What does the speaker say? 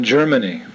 Germany